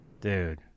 Dude